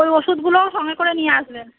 ওই ওষুধগুলোও সঙ্গে করে নিয়ে আসবেন